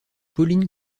pauline